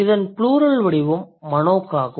இதன் ப்ளூரல் வடிவம் manok ஆகும்